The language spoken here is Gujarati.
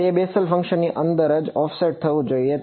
તે બેસેલ ફંક્શન ની અંદર જ ઑફસેટ થવું જોઈએ